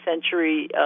century